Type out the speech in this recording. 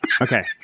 Okay